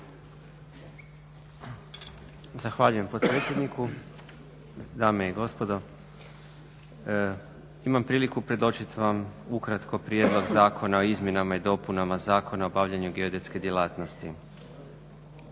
Zahvaljujem potpredsjedniku, dame i gospodo. Imam priliku predočit vam ukratko prijedlog Zakona o izmjenama i dopunama Zakona o obavljanju geodetske djelatnosti.